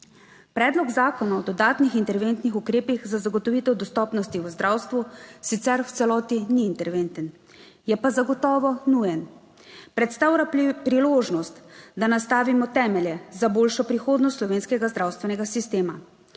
Predlog zakona o dodatnih interventnih ukrepih za zagotovitev dostopnosti v zdravstvu sicer v celoti ni interventen, je pa zagotovo nujen. Predstavlja priložnost, da nastavimo temelje za boljšo prihodnost slovenskega zdravstvenega sistema.